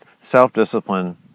self-discipline